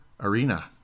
arena